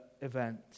event